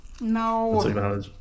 No